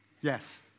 Yes